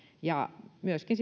ja myöskin